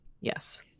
Yes